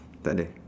takde